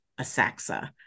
Asaxa